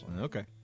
Okay